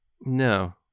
no